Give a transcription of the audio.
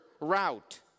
route